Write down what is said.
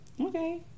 Okay